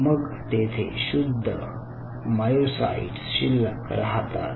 मग तेथे शुद्ध मायोसाइट्स शिल्लक राहतात